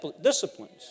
disciplines